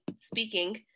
speaking